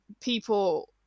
people